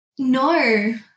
no